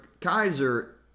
Kaiser